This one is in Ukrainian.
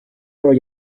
про